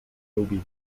lubi